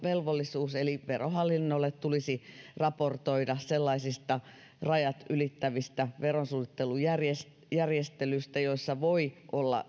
eli verohallinnolle tulisi raportoida sellaisista rajat ylittävistä verosuunnittelujärjestelyistä joissa voi olla